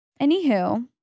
Anywho